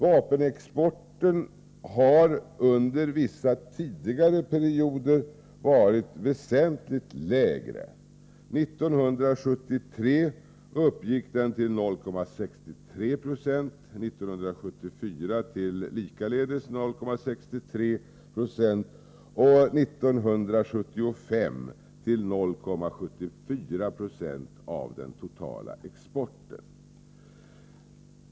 Vapenexporten har under vissa tidigare perioder ofta varit väsentligt lägre. 1973 uppgick den till 0,63 96, 1974 till likaledes 0,63 90 och 1975 till 0,74 96 av den totala exporten.